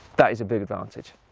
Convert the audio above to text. that is a big advantage.